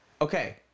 okay